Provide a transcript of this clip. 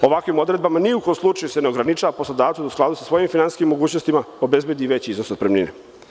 Ovakvim odredbama ni u kom slučaju se ne ograničava poslodavcu da u skladu sa svojim finansijskim mogućnostima obezbedi veći iznos otpremnine.